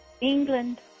England